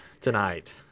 tonight